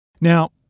Now